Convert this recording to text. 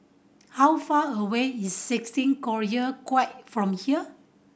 how far away is sixteen Collyer Quay from here